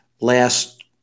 last